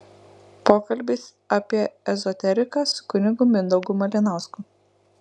pokalbis apie ezoteriką su kunigu mindaugu malinausku